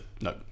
No